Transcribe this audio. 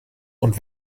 und